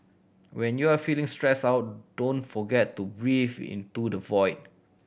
when you are feeling stressed out don't forget to breathe into the void